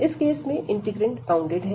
इस केस में integrand bounded है